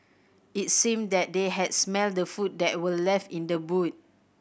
it seemed that they had smelt the food that were left in the boot